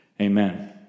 Amen